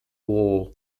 war